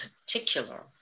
particular